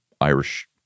Irish